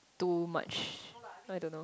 too much I don't know